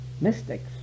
mystics